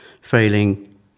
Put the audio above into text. failing